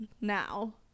now